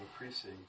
increasing